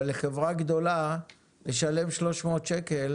אבל לחברה גדולה לשלם 300 שקלים